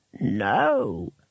No